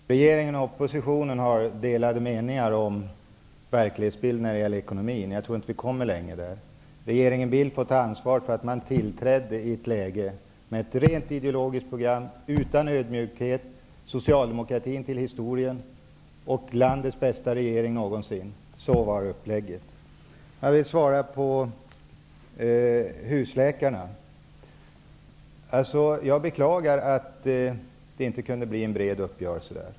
Herr talman! Regeringen och oppositionen har delade meningar om verklighetsbilden när det gäller ekonomin. Jag tror inte vi kommer längre där. Regeringen Bildt får ta ansvaret för att man tillträdde i detta läge med ett rent ideologiskt program utan ödmjukhet: Socialdemokratin till historien och landets bästa regering någonsin -- så var upplägget. Jag beklagar att det inte kunde bli en bred uppgörelse.